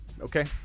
okay